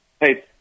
Hey